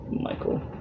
Michael